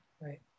right